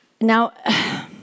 Now